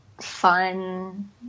fun